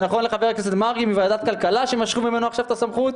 זה נכון לחבר הכנסת מרגי מוועדת כלכלה שמשכו ממנו עכשיו את הסמכות,